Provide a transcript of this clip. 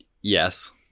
Yes